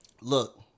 Look